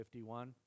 51